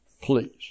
please